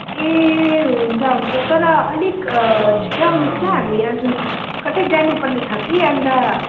ए हुन्छ हुन्छ तर अलिक छिट्टै आउनुहोस् ल हामी आज कतै जानुपर्ने छ कि अन्त